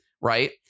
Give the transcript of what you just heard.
right